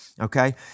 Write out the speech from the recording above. Okay